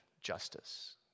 justice